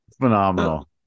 Phenomenal